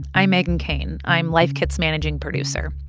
i'm meghan keane. i'm life kit's managing producer.